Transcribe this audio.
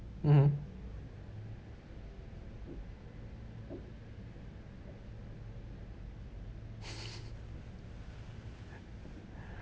mmhmm